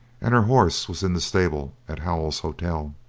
and her horse was in the stable at howell's hotel.